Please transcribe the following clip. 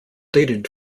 dated